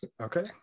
Okay